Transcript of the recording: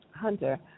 Hunter